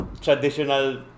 traditional